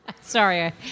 Sorry